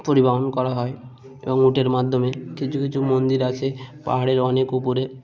পরিবহন করা হয় এবং উটের মাধ্যমে কিছু কিছু মন্দির আছে পাহাড়ের অনেক উপরে